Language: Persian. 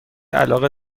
علاقه